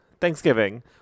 Thanksgiving